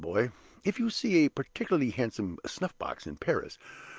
if you see a particularly handsome snuff-box in paris,